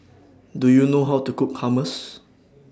Do YOU know How to Cook Hummus